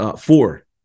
four